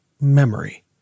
memory